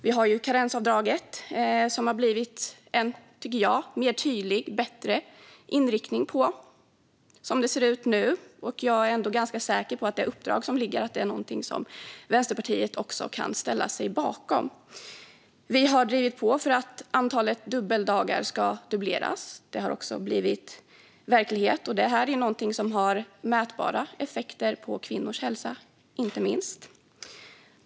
Vi har karensavdraget, som jag tycker att det har blivit en tydligare och bättre inriktning på, som det ser ut nu. Jag är ganska säker på att det uppdrag som ligger är något som också Vänsterpartiet kan ställa sig bakom. Vi har drivit på för att antalet dubbeldagar ska dubbleras. Det har också blivit verklighet, och detta är något som har mätbara effekter på kvinnors hälsa, inte minst.